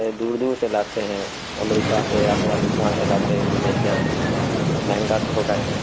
دور دور سے لاتے ہیں امریکہ سے افغانستان سے لاتے ہیں انڈونیشیا سے مہنگا تو ہوگا ہی